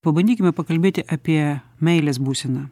pabandykime pakalbėti apie meilės būseną